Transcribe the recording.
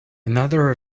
another